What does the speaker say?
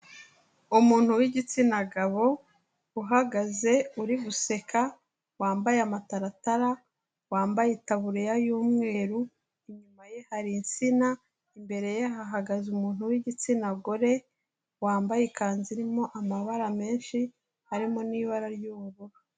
Umuntu w'igitsina gabo, uhagaze uri guseka, wambaye amataratara, wambaye itaburiya y'umweru, inyuma ye hari insina, imbere ye hagaze umuntu w'igitsina gore, wambaye ikanzu irimo amabara menshi, harimo n'ibara ry'ubururu.